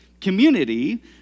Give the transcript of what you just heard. community